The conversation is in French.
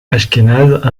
ashkénaze